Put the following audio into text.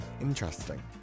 Interesting